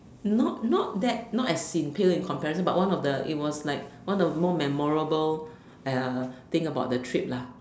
not not that not as in pale in comparison but one of the it was like one of more memorable uh thing about the trip lah